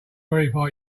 verify